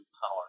power